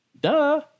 duh